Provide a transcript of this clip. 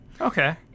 Okay